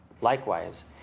Likewise